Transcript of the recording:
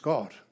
God